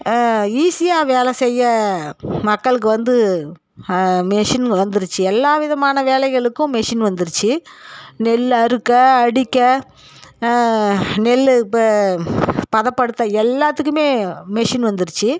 ஈஸியாக வேலை செய்ய மக்களுக்கு வந்து மிஷின் வந்துருச்சு எல்லா விதமான வேலைகளுக்கும் மிஷின் வந்துடுச்சு நெல் அறுக்க அடிக்க நெல் இப்போ பதப்படுத்த எல்லாத்துக்குமே மிஷின் வந்துடுச்சு